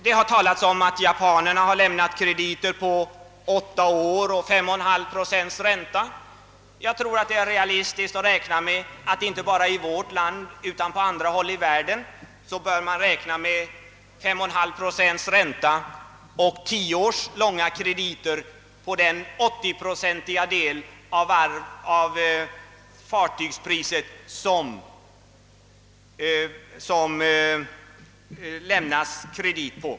Det har talats om att japanerna lämnat krediter med åtta års löptid och 5,5 procents ränta. Jag tror att det är realistiskt att man inte bara i vårt land utan även på andra håll i världen bör räkna med en långivning till 5,5 procents ränta och tio års löptid på de 80 procent av fartygspriset som redaren får kredit på.